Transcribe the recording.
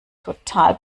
total